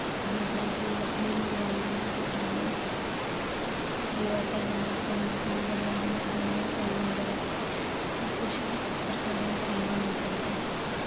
मतलब कि लकड़ी निं दुआई उन्ने ते ताइंयो उन्नै ताइंयो में अपने मां प्यो दी अहमियत दिन्नी आं ओही मेरे वास्तै सब कुछ ऐ पर सारेआ ताईं होने चाहिदे